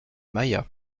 maillat